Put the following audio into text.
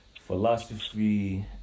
philosophy